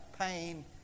pain